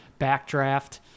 Backdraft